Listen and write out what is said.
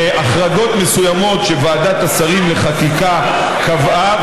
ובהחרגות מסוימות שוועדת השרים לחקיקה קבעה,